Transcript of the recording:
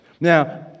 Now